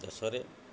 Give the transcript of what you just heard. ଦେଶରେ